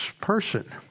person